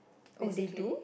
basically